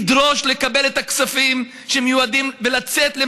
לדרוש לקבל את הכספים שמיועדים ולצאת למאבק.